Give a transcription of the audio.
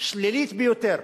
שלילית ביותר.